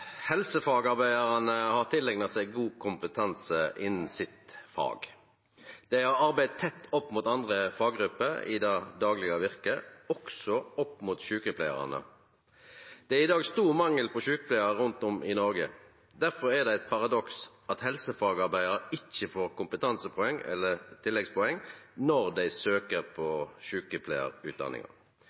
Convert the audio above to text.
daglege virket, også opp mot sjukepleiarane. Det er i dag stor mangel på sjukepleiarar rundt om i Noreg. Derfor er det eit paradoks at helsefagarbeidarar ikkje får kompetansepoeng/tilleggspoeng når dei søker på sjukepleiarutdanninga.